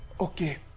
Okay